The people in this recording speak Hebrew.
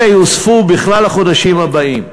אלה יוספו בכלל לחודשים הבאים.